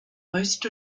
most